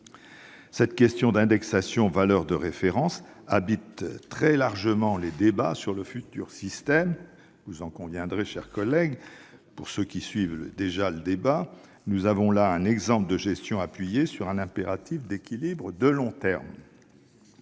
Cette question d'indexation des valeurs de référence anime très largement les débats sur le futur système. Vous en conviendrez, chers collègues, nous avons là un exemple de gestion appuyée sur un impératif d'équilibre de long terme.